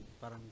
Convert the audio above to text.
parang